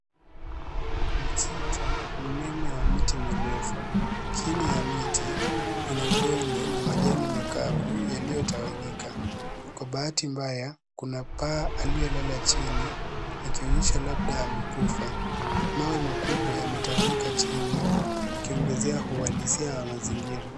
Msitu mnene wa miti mirefu. Chini ya miti kuna udongo na majani makavu yaliyotawanyika. Kwa bahati mbaya, kuna paa aliyelala chini akionyesha labda amekufa. Mawe makubwa yametawanyika chini akiongezea uhalisia wa mazingira.